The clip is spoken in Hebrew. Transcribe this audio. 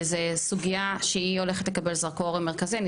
זו סוגיה שהולכת לקבל זרקור מרכזי ואני